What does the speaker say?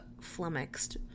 flummoxed